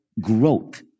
growth